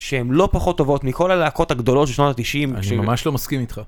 שהן לא פחות טובות מכל הלהקות הגדולות של שנות ה-90. אני ממש לא מסכים איתך.